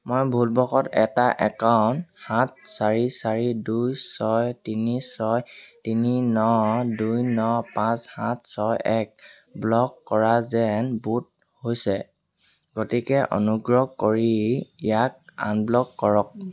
মই ভুলবশতঃ এটা একাউণ্ট সাত চাৰি চাৰি দুই ছয় তিনি ছয় তিনি ন দুই ন পাঁচ সাত ছয় এক ব্লক কৰা যেন বোধ হৈছে গতিকে অনুগ্ৰহ কৰি ইয়াক আনব্লক কৰক